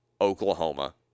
Oklahoma